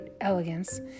elegance